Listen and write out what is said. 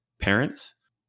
parents